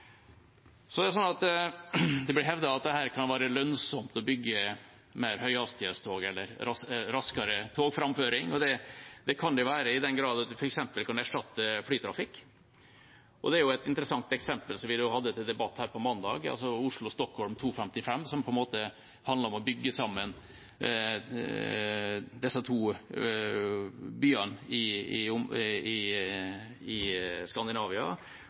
Så blir det hevdet at det å bygge mer høyhastighetstog, eller raskere togframføring, kan være lønnsomt, og det kan det jo være i den grad det f.eks. kan erstatte flytrafikk. Et interessant eksempel som vi hadde til debatt her på mandag, Oslo–Stockholm 2.55, handler om å bygge sammen disse to byene i Skandinavia på en slik måte